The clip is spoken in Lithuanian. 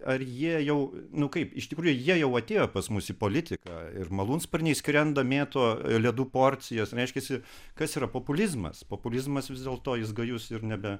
ar jie jau nu kaip iš tikrųjų jie jau atėjo pas mus į politiką ir malūnsparniai skrenda mėto ledų porcijos reiškiasi kas yra populizmas populizmas vis dėlto jis gajus ir nebe